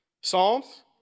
Psalms